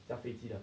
驾飞机的